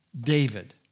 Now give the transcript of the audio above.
David